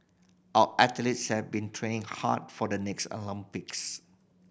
our athletes have been train hard for the next Olympics